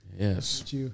Yes